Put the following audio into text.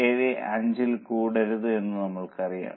875ൽ കൂടരുത് എന്ന് നമ്മൾക്കറിയാം